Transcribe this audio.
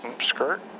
skirt